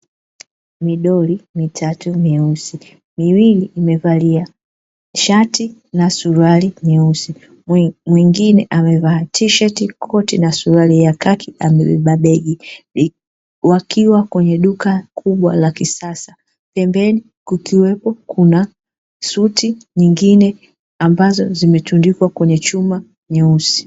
Midoli mitatu meusi miwili imevalia shati na suruali nyeusi, mwingine amevaa tisheti, koti na suruali ya kaki amebeba begi wakiwa kwenye duka kubwa la kisasa, pembeni kukiwepo kuna suti nyingine ambazo zimetundikwa kwenye chuma nyeusi.